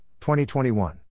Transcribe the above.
2021